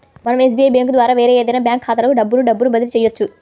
మనం SBI bank ద్వారా వేరే ఏదైనా బ్యాంక్ ఖాతాలకు డబ్బును డబ్బును బదిలీ చెయ్యొచ్చు